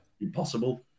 impossible